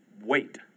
wait